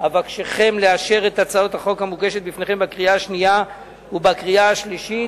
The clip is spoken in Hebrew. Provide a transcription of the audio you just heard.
אבקשכם לאשר את הצעת החוק המוגשת בפניכם בקריאה השנייה ובקריאה השלישית.